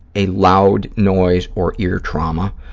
a loud noise or ear trauma,